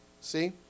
See